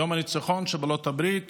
יום הניצחון של בעלות הברית